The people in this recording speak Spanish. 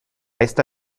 esta